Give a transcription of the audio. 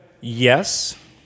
Yes